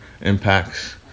impacts